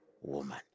woman